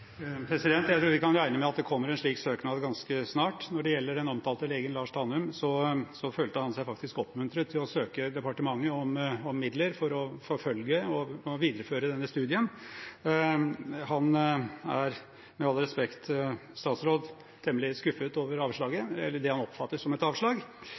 Jeg tror vi kan regne med at det kommer en slik søknad ganske snart. Når det gjelder den omtalte legen Lars Tanum, så følte han seg faktisk oppmuntret til å søke departementet om midler for å forfølge og videreføre denne studien. Han er – med all respekt, statsråd – temmelig skuffet over avslaget, eller det han oppfatter som et avslag.